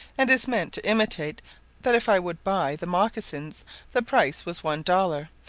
and is meant to intimate that if i would buy the mocassins the price was one dollar,